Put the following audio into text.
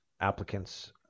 applicants